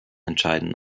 entscheiden